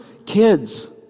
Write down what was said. Kids